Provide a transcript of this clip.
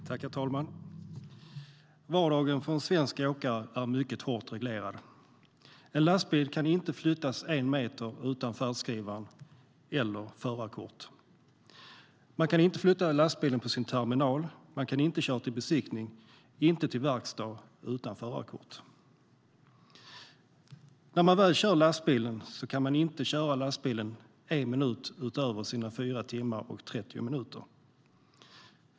Herr talman! Vardagen för en svensk åkare är mycket hårt reglerad. En lastbil kan inte flyttas en meter utan färdskrivare eller förarkort. Man kan inte flytta lastbilen på sin terminal, inte köra till besiktning och inte till verkstad utan förarkort. När man väl kör lastbilen kan man inte köra en minut utöver sina 4 timmar och 30 minuter.